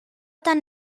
tan